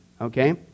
Okay